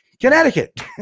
Connecticut